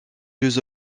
jeux